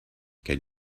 can